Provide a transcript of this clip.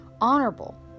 Honorable